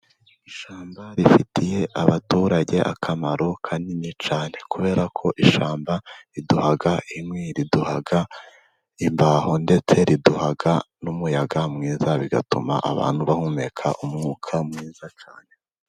Ishyamba rifitiye abaturage akamaro kanini cyane, kubera ko ishyamba riduha inkwi riduha imbaho, ndetse riduha n'umuyaga mwiza, bigatuma abantu bahumeka umwuka mwiza cyane.